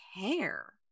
care